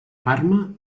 parma